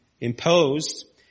imposed